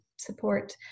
support